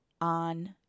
on